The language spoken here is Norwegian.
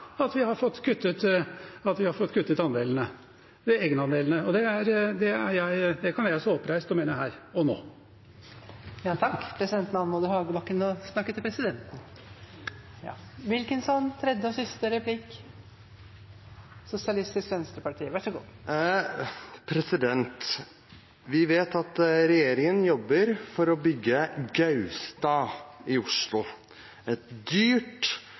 vi har fått kuttet egenandelene. Det kan jeg stå oppreist og mene her og nå. Vi vet at regjeringen jobber for å bygge Gaustad i Oslo, et dyrt